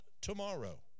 tomorrow